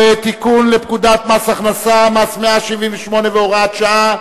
תיקון לפקודת מס הכנסה (מס' 178 והוראת שעה),